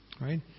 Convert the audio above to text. right